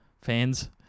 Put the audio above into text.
Fans